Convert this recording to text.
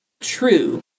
true